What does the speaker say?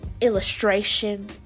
illustration